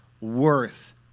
worth